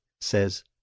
says